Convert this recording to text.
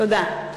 תודה.